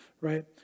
right